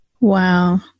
Wow